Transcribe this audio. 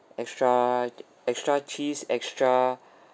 extra ch~ extra cheese extra